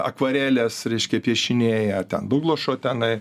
akvarelės reiškia piešiniai ar ten dublošo tenai